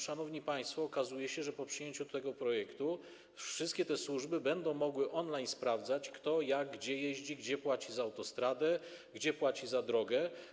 Szanowni państwo, okazuje się, że po przyjęciu tego projektu wszystkie te służby będą mogły sprawdzać on-line, kto, jak, gdzie jeździ, gdzie płaci za autostradę, gdzie płaci za drogę.